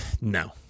No